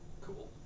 Cool